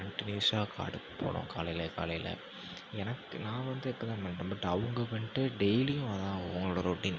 கன்டினியூஸாக காடுக்கு போனோம் காலையில் காலையில் எனக்கு நான் வந்து இப்போ தான் பண்ணுறேன் பட் அவங்க வந்துட்டு டெய்லியும் அதான் அவங்களோட ரொட்டின்